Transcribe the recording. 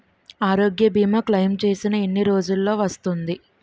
ఆరోగ్య భీమా క్లైమ్ చేసిన ఎన్ని రోజ్జులో వస్తుంది?